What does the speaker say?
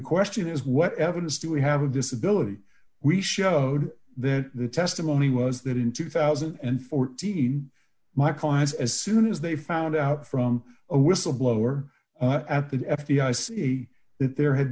question is what evidence do we have a disability we showed that the testimony was that in two thousand and fourteen michael has as soon as they found out from a whistleblower at the f b i say that there had